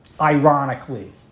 ironically